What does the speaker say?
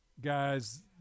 guys